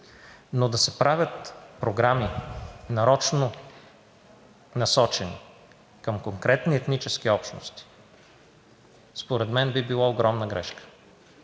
Но да се правят програми – нарочно насочени към конкретни етнически общности, според мен би било огромна грешка.